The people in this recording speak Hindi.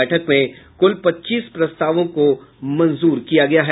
बैठक में कुल पच्चीस प्रस्तावों को मंजूर किया गया है